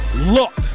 Look